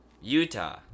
Utah